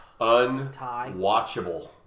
Unwatchable